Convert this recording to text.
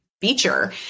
feature